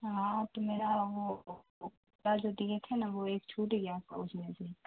ہاں تو میرا وہ جو دیے تھے نا وہ ایک چھوٹ گیا تھا اس میں سے